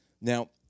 Now